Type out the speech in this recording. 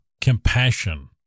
compassion